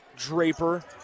Draper